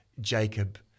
Jacob